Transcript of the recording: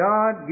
God